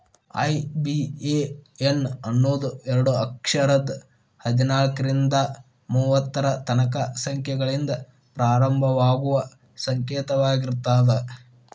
IBAN ಅನ್ನೋದು ಎರಡ ಅಕ್ಷರದ್ ಹದ್ನಾಲ್ಕ್ರಿಂದಾ ಮೂವತ್ತರ ತನಕಾ ಸಂಖ್ಯೆಗಳಿಂದ ಪ್ರಾರಂಭವಾಗುವ ಸಂಕೇತವಾಗಿರ್ತದ